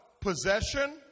Possession